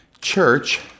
church